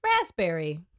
raspberry